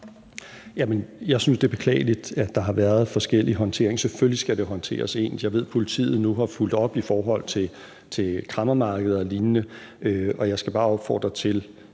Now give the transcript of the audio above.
jeg synes, det er beklageligt, at der har været forskellig håndtering. Selvfølgelig skal det håndteres ens, og jeg ved, politiet nu har fulgt op i forhold til kræmmermarkeder og lignende. Og jeg skal bare opfordre til,